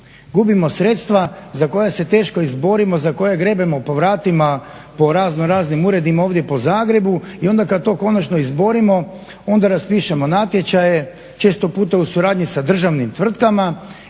gubimo sredstva za koja se teško izborimo, za koja grebemo po vratima po raznoraznim uredima ovdje po Zagrebu i onda kad to konačno izborimo onda raspišemo natječaje često puta u suradnji sa državnim tvrtkama